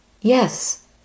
yes